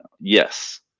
yes